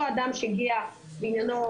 אותו אדם שהגיע בעניינו,